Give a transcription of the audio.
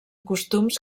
costums